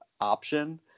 option